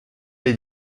les